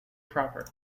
proper